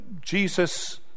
Jesus